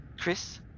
Chris